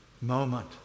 moment